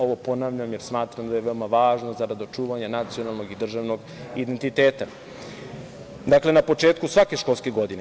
Ovo ponavljam, jer smatram da je veoma važno zarad očuvanja nacionalnog i državnog identiteta na početku svake školske godine.